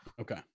Okay